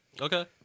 Okay